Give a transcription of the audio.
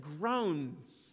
groans